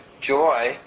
joy